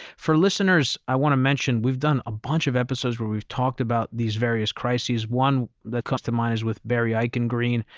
for listeners, i want to mention we've done a bunch of episodes where we've talked about these various crises. one that comes to mind is with barry eichengreen,